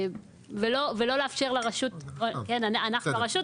אנחנו הרשות,